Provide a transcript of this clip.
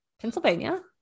Pennsylvania